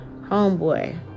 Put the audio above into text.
homeboy